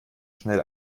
schnell